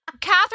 Catherine